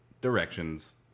directions